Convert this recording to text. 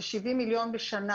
אני הבנתי שזה 70 מיליון בשנה.